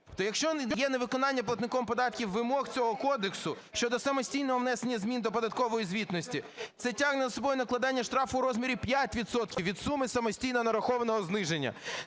То якщо є невиконання платником податків вимог цього кодексу щодо самостійного внесення змін до податкової звітності, це тягне за собою накладання штрафу у розмірі 5 відсотків від суми самостійно нарахованого зниження.